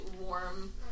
warm